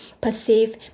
perceive